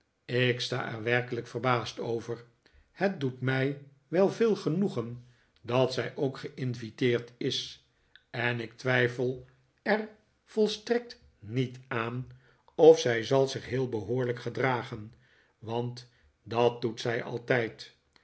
ik sta er werkelijk verbaasd over het doet mij wel veel genoegen dat zij ook ge'inviteerd is en ik twijfel er volstrekt niet aan of zij zal zich heel behoorlijk gedragen want dat doet zij altijd